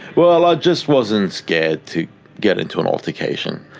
well i just wasn't scared to get into an altercation.